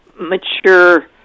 mature